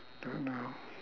don't know